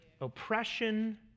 oppression